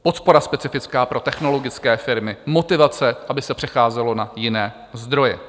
Podpora specifická pro technologické firmy, motivace, aby se přecházelo na jiné zdroje.